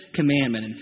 commandment